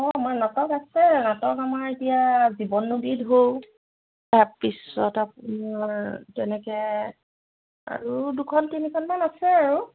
অঁ মই নাটক আছে নাটক আমাৰ এতিয়া জীৱন নদীৰ ঢৌ তাৰপিছত আপোনাৰ তেনেকৈ আৰু দুখন তিনিখনমান আছে আৰু